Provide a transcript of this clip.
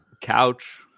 Couch